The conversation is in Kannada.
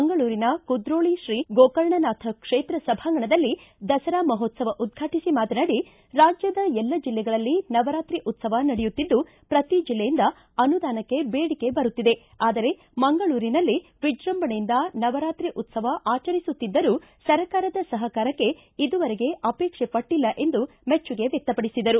ಮಂಗಳೂರಿನ ಕುದ್ರೋಳಿ ಶ್ರೀ ಗೋಕರ್ಣನಾಥ ಕ್ಷೇತ್ರ ಸಭಾಂಗಣದಲ್ಲಿ ದಸರಾ ಮಹೋತ್ಸವ ಉದ್ಘಾಟಿಸಿ ಮಾತನಾಡಿ ರಾಜ್ಯದ ಎಲ್ಲ ಜಿಲ್ಲೆಗಳಲ್ಲಿ ನವರಾತ್ರಿ ಉತ್ಸವ ನಡೆಯುತ್ತಿದ್ದು ಪ್ರತಿ ಜಿಲ್ಲೆಯಿಂದ ಅನುದಾನಕ್ಕೆ ದೇಡಿಕೆ ಬರುತ್ತಿದೆ ಆದರೆ ಮಂಗಳೂರಿನಲ್ಲಿ ವಿಜೃಂಭಣೆಯಿಂದ ನವರಾತ್ರಿ ಉತ್ತವ ಆಚರಿಸುತ್ತಿದ್ದರೂ ಸರ್ಕಾರದ ಸಹಕಾರಕ್ಕೆ ಇದುವರೆಗೆ ಅಪೇಕ್ಷೆ ಪಟ್ಟಲ್ಲ ಎಂದು ಮೆಚ್ಚುಗೆ ವ್ಯಕ್ತಪಡಿಸಿದರು